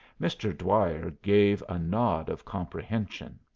mr. dwyer gave a nod of comprehension.